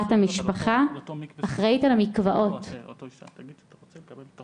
שלום וברכה, צהריים טובים.